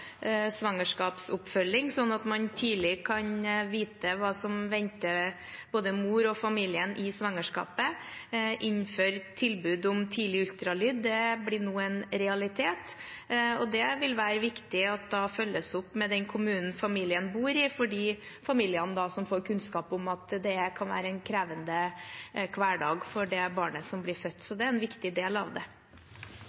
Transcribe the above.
svangerskapsoppfølging er viktig, slik at man tidlig i svangerskapet kan vite hva som venter både mor og familien. Tilbud om tidlig ultralyd blir nå en realitet. Det vil være viktig for familiene som får kunnskap om at det kan være en krevende hverdag for det barnet som blir født, at det følges opp med den kommunen familien bor i. Så